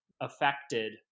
affected